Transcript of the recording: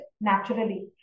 naturally